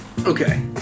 Okay